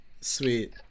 Sweet